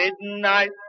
Midnight